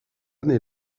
année